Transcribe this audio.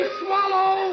swallow